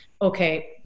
okay